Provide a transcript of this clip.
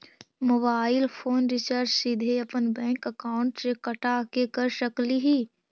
Mobile phone recharge सीधे अपन bank account से कटा के कर सकली ही?